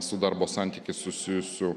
su darbo santykiais susijusių